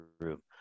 room